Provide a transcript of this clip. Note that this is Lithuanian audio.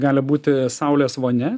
gali būti saulės vonia